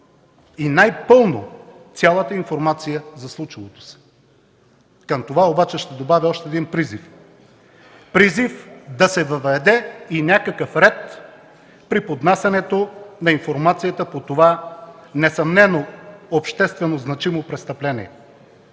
и най-пълно цялата информация за случилото се. Към това обаче ще добавя още един призив – призив да се въведе и някакъв ред при поднасянето на информацията по това несъмнено обществено значимо престъпление.